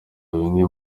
bimwe